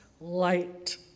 light